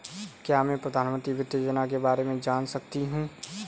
क्या मैं प्रधानमंत्री वित्त योजना के बारे में जान सकती हूँ?